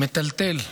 מטלטל.